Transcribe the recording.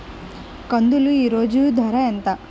కందులు ఈరోజు ఎంత ధర?